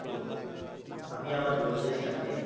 তো আমি আমার বন্ধুদের সাথে